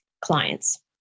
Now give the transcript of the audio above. clients